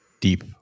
deep